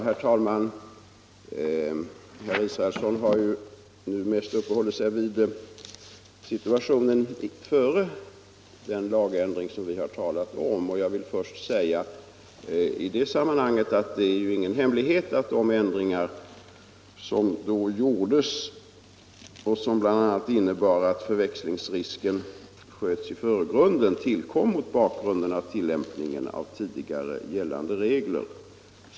Herr talman! Herr Israelsson har ju nu mest uppehållit sig vid situationen före den lagändring som vi har talat om. I det sammanhanget vill jag säga att det är ingen hemlighet att de ändringar som sedan gjordes och som bl.a. innebar att förväxlingsrisken sköts i förgrunden tillkom mot bakgrunden av tillämpningen av tidigare gällande regler.